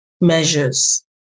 measures